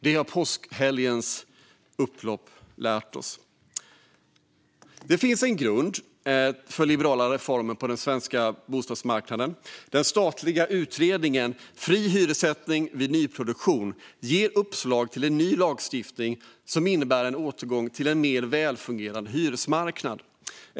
Det har påskhelgens upplopp lärt oss. Det finns en grund för liberala reformer på den svenska bostadsmarknaden. Den statliga utredningen Fri hyressättning vid nyproduktion ger uppslag till ny lagstiftning som innebär en återgång till en mer välfungerande hyresmarknad.